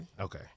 Okay